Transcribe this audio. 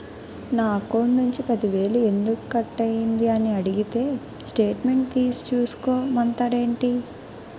నా అకౌంట్ నుంచి పది వేలు ఎందుకు కట్ అయ్యింది అని అడిగితే స్టేట్మెంట్ తీసే చూసుకో మంతండేటి